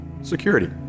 security